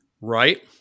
Right